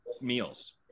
Meals